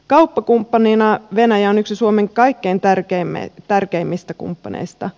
kauppakumppanina venäjä on yksi suomen kaikkein tärkeimmistä kumppaneista